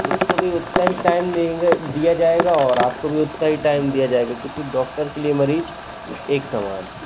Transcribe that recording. उसको भी उतना ही टाइम देंगे दिया जाएगा और आपको भी उतना ही टाइम दिया जाएगा क्योंकि डॉक्टर के लिए मरीज़ एक समान